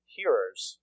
hearers